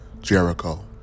Jericho